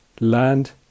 Land